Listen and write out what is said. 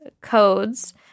codes